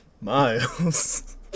Miles